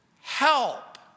help